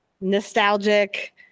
nostalgic